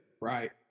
Right